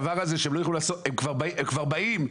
הם כבר באים,